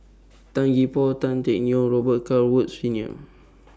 Tan Gee Paw Tan Teck Neo Robet Carr Woods Senior